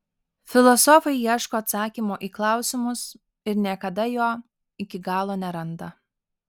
filosofai ieško atsakymo į klausimus ir niekada jo iki galo neranda